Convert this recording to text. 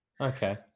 okay